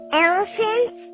elephants